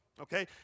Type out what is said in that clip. Okay